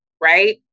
right